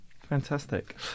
fantastic